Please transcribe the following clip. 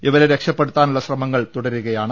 ഇവരെ രക്ഷപ്പെടുത്താനുള്ള ശ്രമങ്ങൾ തുടരുകയാണ്